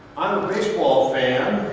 baseball fan.